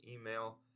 email